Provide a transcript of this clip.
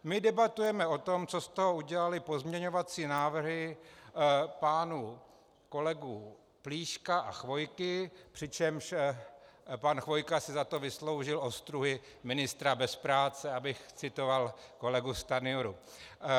My debatujeme o tom, co z toho udělaly pozměňovací návrhy pánů kolegů Plíška a Chvojky, přičemž pan Chvojka si za to vysloužil ostruhy ministra bez práce, abych citoval kolegu Stanjuru.